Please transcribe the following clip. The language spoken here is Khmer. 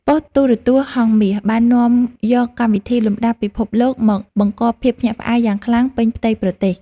ប៉ុស្តិ៍ទូរទស្សន៍ហង្សមាសបាននាំយកកម្មវិធីលំដាប់ពិភពលោកមកបង្កភាពភ្ញាក់ផ្អើលយ៉ាងខ្លាំងពេញផ្ទៃប្រទេស។